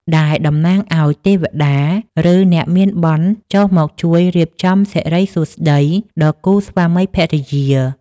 ដែលតំណាងឱ្យទេវតា ឬអ្នកមានបុណ្យចុះមកជួយរៀបចំសិរីសួស្តីដល់គូស្វាមីភរិយា។